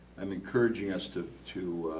i'm encouraging us to to